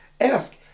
ask